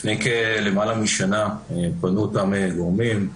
לפני למעלה משנה פנו אלינו אותם גורמים,